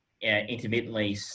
intermittently